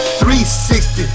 360